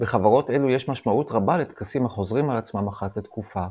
בחברות אלו יש משמעות רבה לטקסים החוזרים על עצמם אחת לתקופה.